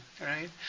Right